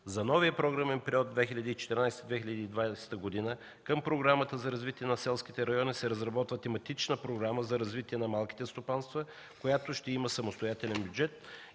За новия програмен период – 2014-2020 г., към Програмата за развитие на селските райони се разработва тематична програма за развитие на малките стопанства, която ще има самостоятелен бюджет